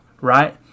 right